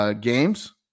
games